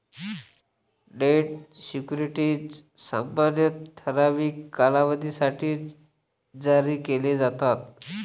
date securities सामान्यतः ठराविक कालावधीसाठी जारी केले जातात